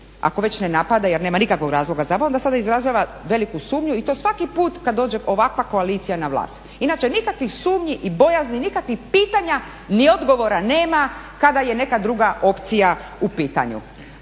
ako već ne napada jer nema nikakvog razloga za to, onda sada izražava veliku sumnju i to svaki put kad dođe ovakva koalicija na vlast. Inače nikakvih sumnji i bojazni, nikakvih pitanja ni odgovora nema kada je neka druga opcija u pitanju.